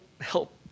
help